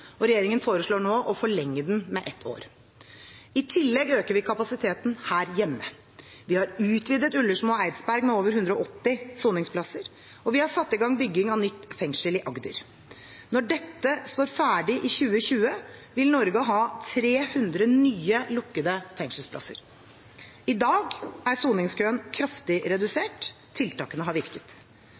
og regjeringen foreslår nå å forlenge den med ett år. I tillegg øker vi kapasiteten her hjemme. Vi har utvidet fengslene ved Ullersmo og Eidsberg med over 180 soningsplasser, og vi har satt i gang bygging av nytt fengsel i Agder. Når dette står ferdig i 2020, vil Norge ha 300 nye lukkede fengselsplasser. I dag er soningskøen kraftig redusert. Tiltakene har virket.